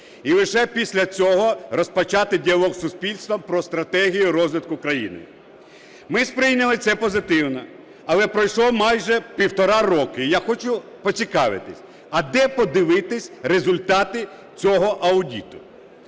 і лише після цього розпочати діалог з суспільством про стратегію розвитку країни. Ми сприйняли це позитивно, але пройшло майже півтора роки і я хочу поцікавитись: а де подивитись результати цього аудиту?